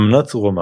אמנת רומא